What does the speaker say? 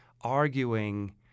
arguing